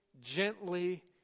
gently